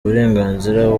uburenganzira